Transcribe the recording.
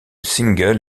single